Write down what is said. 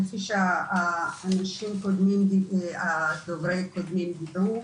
כפי שהדוברים הקודמים אמרו.